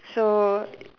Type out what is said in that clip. so